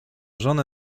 żonę